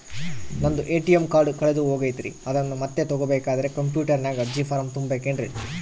ನಂದು ATM card ಕಳೆದು ಹೋಗೈತ್ರಿ ಅದನ್ನು ಮತ್ತೆ ತಗೋಬೇಕಾದರೆ ಕಂಪ್ಯೂಟರ್ ನಾಗ ಅರ್ಜಿ ಫಾರಂ ತುಂಬಬೇಕನ್ರಿ?